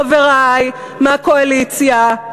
חברי מהקואליציה,